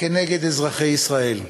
כנגד אזרחי ישראל.